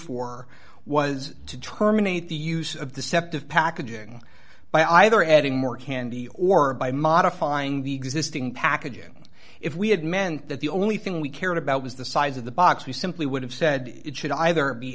for was to terminate the use of deceptive packaging by either adding more candy or by modifying the existing packaging if we had meant that the only thing we cared about was the size of the box we simply would have said it should either be